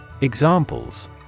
Examples